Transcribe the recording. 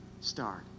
start